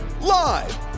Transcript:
Live